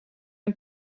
een